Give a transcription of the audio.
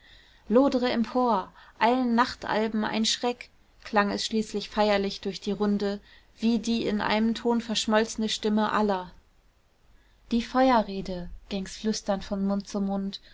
lodre empor allen nachtalben ein schrecken klang es schließlich feierlich durch die runde wie die in einem ton verschmolzene stimme aller die feuerrede ging's flüsternd von mund zu mund